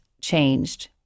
changed